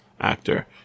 actor